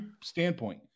standpoint